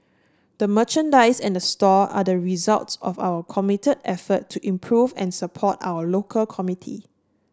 the merchandise and the store are the results of our commit effort to improve and support our local community